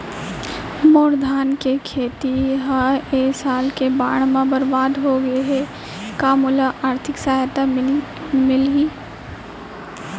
मोर धान के खेती ह ए साल के बाढ़ म बरबाद हो गे हे का मोला आर्थिक सहायता मिलही?